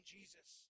Jesus